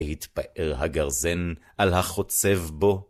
התפאר הגרזן על החוצב בו.